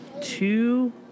two